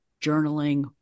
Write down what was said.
journaling